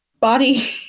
body